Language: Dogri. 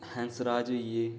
हंसराज होई गे